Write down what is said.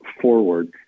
forward